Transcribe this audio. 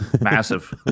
Massive